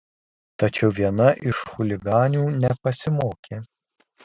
tačiau viena iš chuliganių nepasimokė